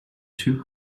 two